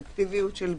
לאפקטיביות של בידוד,